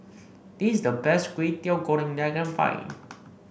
this is the best Kwetiau Goreng that I can find